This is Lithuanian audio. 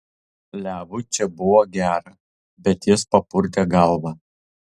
levui čia buvo gera bet jis papurtė galvą